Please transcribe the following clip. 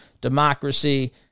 democracy